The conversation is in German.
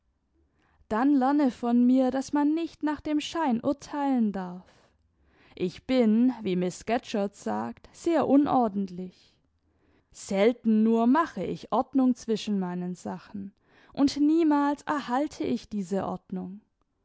dann lerne von mir daß man nicht nach dem schein urteilen darf ich bin wie miß scatcherd sagt sehr unordentlich selten nur mache ich ordnung zwischen meinen sachen und niemals erhalte ich diese ordnung